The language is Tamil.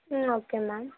ம் ஓகே மேம்